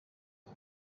les